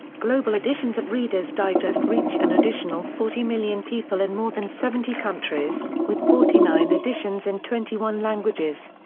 global editions of reader's digest reach an additional forty million people in more than seventy countries, with forty nine editions in twenty one languages.